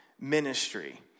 ministry